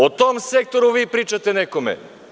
O tom sektoru pričate nekome.